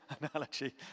analogy